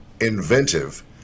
inventive